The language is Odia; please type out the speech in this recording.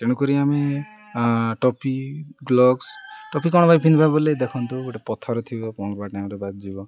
ତେଣୁକରି ଆମେ ଟୋପି ଗ୍ଳୋବ୍ସ ଟୋପି କ'ଣ ପାଇଁ ପିନ୍ଧିବା ବୋଲି ଦେଖନ୍ତୁ ଗୋଟେ ପଥର ଥିବ ପହଁରିବା ଟାଇମ୍ରେ ବାଯିବ